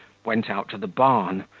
went out to the barn,